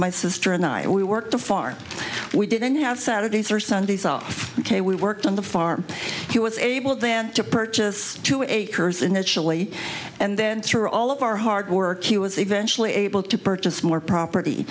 my sister and i we work to farm we didn't have saturdays or sundays off ok we worked on the farm he was able then to purchase two eight kurz initially and then through all of our hard work he was eventually able to purchase more property